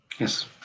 Yes